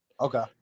Okay